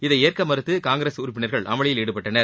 இதை ஏற்க மறுத்து காங்கிரஸ் உறுப்பினர்கள் அமளியில் ஈடுபட்டனர்